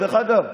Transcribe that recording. דרך אגב,